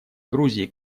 грузии